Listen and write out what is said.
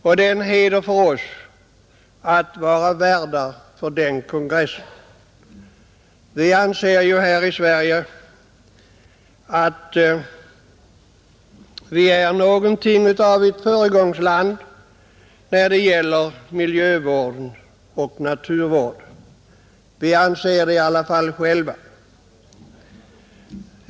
Det är en heder för oss att vara värdar för den konferensen. Vi anser ju här i Sverige att vårt land är något av ett föregångsland när det gäller miljövård och naturvård. Vi anser det i alla fall själva.